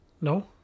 No